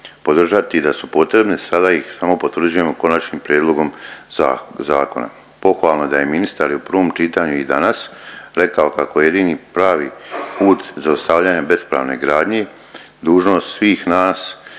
podržati i da su potrebni. Sada ih samo potvrđujemo konačnim prijedlogom zakona. Pohvalno je da je ministar i u prvom čitanju i danas rekao kako je jedini pravi put zaustavljanja bespravne gradnje dužnost svih nas